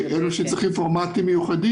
ברור כי אחרת אלה שצריכים פורמטים מיוחדים,